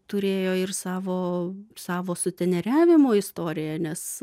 turėjo ir savo savo suteneriavimo istoriją nes